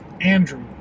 Andrew